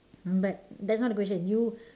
but that's not the question you